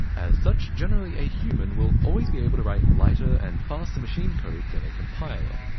as such, generally a human will always be able to write lighter and faster machine code than a compiler.